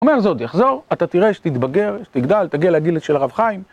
אומר זה עוד יחזור, אתה תראה שתתבגר, שתגדל, תגיע לגיל של הרב חיים.